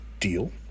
deal